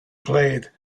played